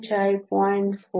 56 me ಮತ್ತು mhi 0